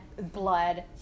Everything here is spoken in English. blood